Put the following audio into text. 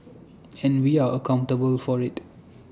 and we are accountable for IT